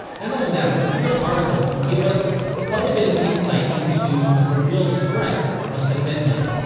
not only that, but the real article can give us quite a bit of insight into what the real strike must've been like.